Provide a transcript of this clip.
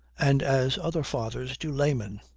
and as other fathers do laymen,